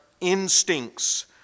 instincts